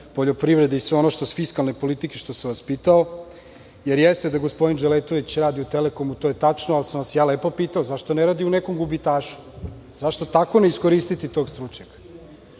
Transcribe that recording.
poljoprivrede i sve ono što se tiče fiskalne politike, što sam vas pitao. Jer, jeste da gospodine Dželetović radi u „Telekomu“ to je tačno, ali sam vas lepo pitao – zašto ne radi u nekom gubitašu. Zašto tako ne iskoristiti tog stručnjaka. Imamo